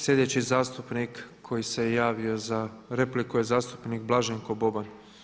Slijedeći zastupnik koji se javio za repliku je zastupnik Blaženko Boban.